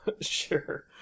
Sure